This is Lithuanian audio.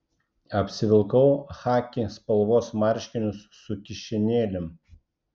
apsivilkau chaki spalvos marškinius su kišenėlėm